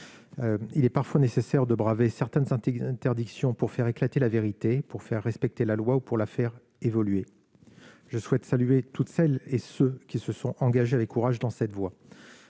Il est parfois nécessaire de braver certaines interdictions pour faire éclater la vérité, pour faire respecter la loi, ou pour la faire évoluer. Je souhaite saluer toutes celles et tous ceux qui se sont engagés avec courage dans cette voie.